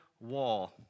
wall